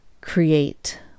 create